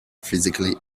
physically